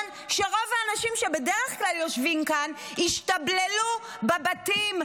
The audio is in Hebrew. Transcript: שרוב האנשים שבדרך כלל יושבים כאן השתבללו בבתים,